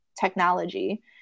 technology